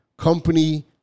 Company